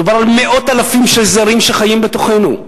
מדובר על מאות אלפים של זרים שחיים בתוכנו.